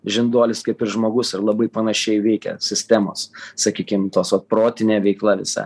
žinduolis kaip ir žmogus ir labai panašiai veikia sistemos sakykim tos vat protinė veikla visa